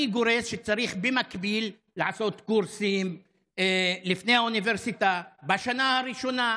אני גורס שצריך במקביל לעשות קורסים לפני האוניברסיטה בשנה הראשונה,